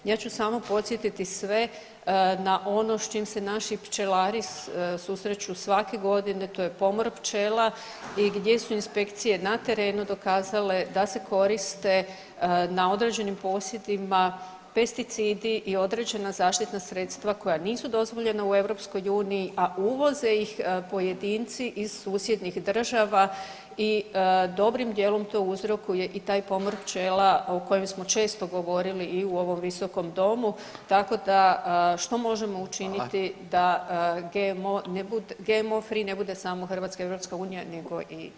Ja ću samo podsjetiti sve na ono s čim se naši pčelari susreću svake godine, to je pomor pčela i gdje su inspekcije na terenu dokazale da se koriste na određenim posjedima pesticidi i određena zaštitna sredstva koja nisu dozvoljena u EU, a uvoze ih pojedinci iz susjednih država i dobrim dijelom to uzrokuje i taj pomor pčela o kojem smo često govorili i u ovom visokom domu, tako da što možemo učiniti da GMO free ne bude samo Hrvatska i EU unija nego i